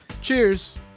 cheers